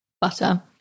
butter